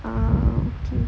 um